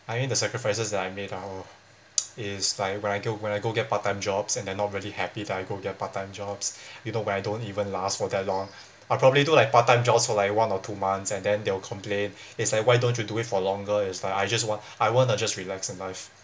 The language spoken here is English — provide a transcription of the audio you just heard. I mean the sacrifices that I made ah uh is like when I go when I go get part time jobs and they're not really happy that I go get part time jobs you know when I don't even last for that long I probably do like part time jobs for like one or two months and then they'll complain is like why don't you do it for longer is like I just want I wanna just relax and life